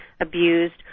abused